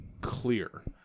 clear